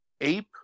Ape